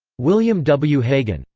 william w. hagen,